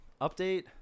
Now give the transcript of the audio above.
Update